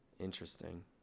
Interesting